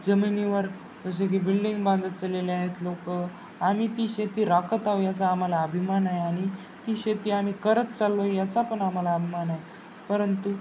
जमिनीवर जसे की बिल्डिंग बांधत चलेले आहेत लोक आम्ही ती शेती राखत आहो याचा आम्हाला अभिमान आहे आणि ती शेती आम्ही करत चाललो आहे याचा पण आम्हाला अभिमान आहे परंतु